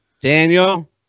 Daniel